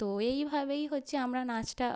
তো এইভাবেই হচ্ছে আমরা নাচটা